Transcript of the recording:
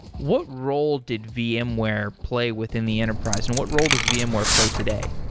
what role did wmware play within the enterprise and what role does vmware play today?